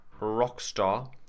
Rockstar